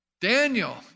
Daniel